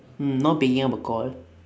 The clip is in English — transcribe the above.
mm not picking up a call